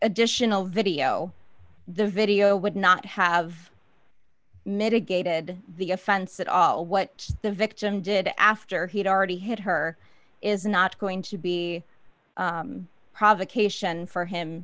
additional video the video would not have mitigated the offense at all what the victim did after he'd already hit her is not going to be a provocation for him